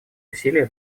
усилия